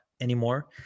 anymore